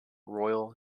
royal